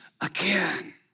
again